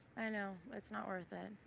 i know. it's not worth it.